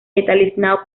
estanislao